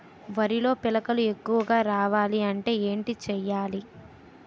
వరిలో పిలకలు ఎక్కువుగా రావాలి అంటే ఏంటి చేయాలి?